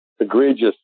egregious